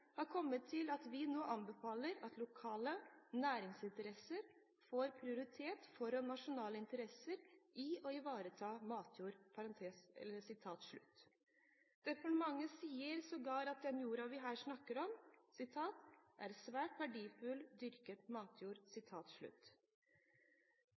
kommet til at vi nå anbefaler at lokale næringsinteresser får prioritet foran nasjonale interesser i å ivareta matjord». Departementet sier sågar at den jorden vi her snakker om, er «svært verdifull dyrket mark». Vi vet at nedbygging av matjord